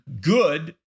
good